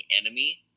enemy